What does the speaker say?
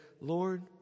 Lord